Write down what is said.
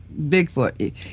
Bigfoot